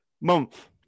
month